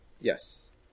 yes